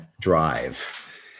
drive